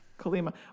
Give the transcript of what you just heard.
kalima